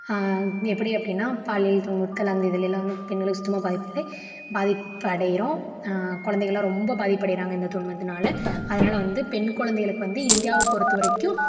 எப்படி அப்படின்னா பாலியல் துன்புறுத்தல் அந்த இதுலெல்லாம் வந்து பெண்களுக்கு சுத்தமாக பாதிப்பில்லை பாதிப்பு அடைகிறோம் குழந்தைங்கள்லாம் ரொம்ப பாதிப்படைகிறாங்க இந்த துன்பத்தினால அதனால வந்து பெண் குழந்தைங்களுக்கு வந்து இந்தியாவை பொறுத்த வரைக்கும்